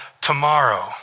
tomorrow